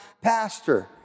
pastor